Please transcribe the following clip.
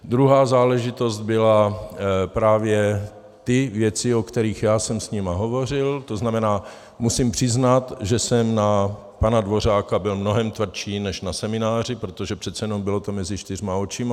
Druhá záležitost byly právě ty věci, o kterých já jsem s nimi hovořil, to znamená, musím přiznat, že jsem na pana Dvořáka byl mnohem tvrdší než na semináři, protože přece jenom bylo to mezi čtyřmi očima.